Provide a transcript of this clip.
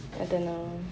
I don't know